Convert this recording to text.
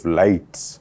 lights